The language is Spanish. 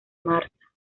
martha